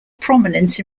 prominent